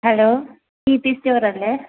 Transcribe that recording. hello ഈ പി സ്റ്റോറ അല്ലേ